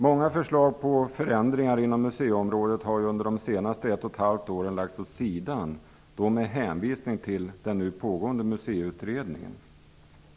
Många förslag till förändringar inom museiområdet har under de senaste ett och ett halvt åren lagts åt sidan med hänvisning till den pågående Museiutredningen.